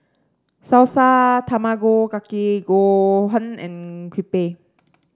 Salsa Tamago Kake Gohan and Crepe